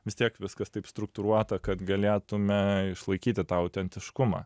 vis tiek viskas taip struktūruota kad galėtume išlaikyti tą autentiškumą